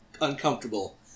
uncomfortable